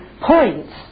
points